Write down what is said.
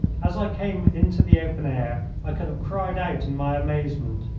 as i came into the open air i could have cried out in my amazement.